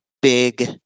big